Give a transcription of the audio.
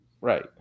right